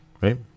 Right